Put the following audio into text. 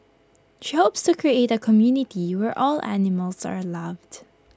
she hopes to create A community where all animals are loved